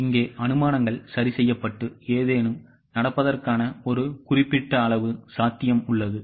இங்கே அனுமானங்கள் சரி செய்யப்பட்டு ஏதேனும் நடப்பதற்கான ஒரு குறிப்பிட்ட அளவு சாத்தியம் உள்ளது